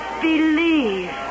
believe